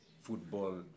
football